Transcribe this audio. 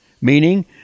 meaning